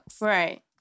Right